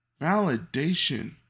Validation